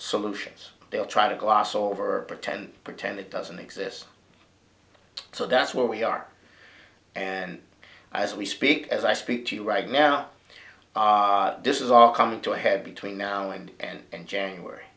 solutions they'll try to gloss over pretend pretend it doesn't exist so that's where we are and as we speak as i speak to you right now this is all coming to a head between now and and january